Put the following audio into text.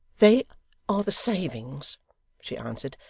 they are the savings she answered,